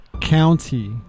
county